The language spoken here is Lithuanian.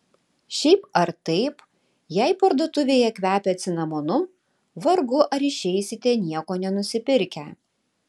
šiaip ar taip jei parduotuvėje kvepia cinamonu vargu ar išeisite nieko nenusipirkę